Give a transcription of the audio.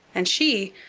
and she,